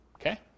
Okay